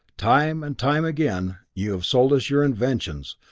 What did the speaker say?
time and time again, you have sold us your inventions,